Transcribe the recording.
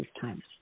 times